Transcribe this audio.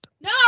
No